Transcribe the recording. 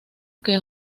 que